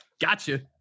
gotcha